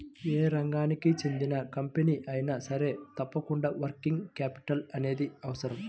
యే రంగానికి చెందిన కంపెనీ అయినా సరే తప్పకుండా వర్కింగ్ క్యాపిటల్ అనేది అవసరం